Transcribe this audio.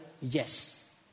Yes